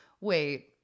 wait